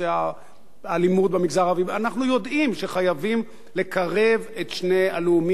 אנחנו יודעים שחייבים לקרב את שני הלאומים האלה האחד אל האחר.